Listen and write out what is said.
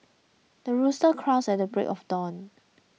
the rooster crows at break of dawn